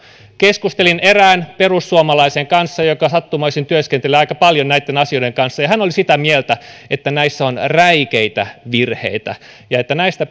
keskustelin erään perussuomalaisen kanssa joka sattumoisin työskentelee aika paljon näitten asioiden kanssa ja hän oli sitä mieltä että näissä on räikeitä virheitä ja että näistä